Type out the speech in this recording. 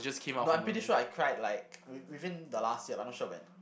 no I'm pretty sure I cried like with within the last year but I'm not sure when